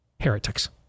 heretics